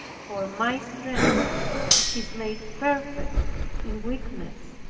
for my strength is made perfect in weakness.